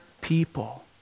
people